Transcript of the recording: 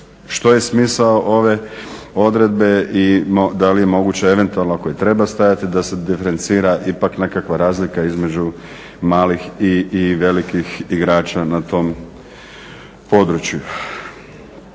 što je smisao ove odredbe i li je moguće eventualno ako i treba stajati da se diferencira ipak nekakva razlika između malih i velikih igrača na tom području.